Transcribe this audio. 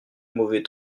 mauvais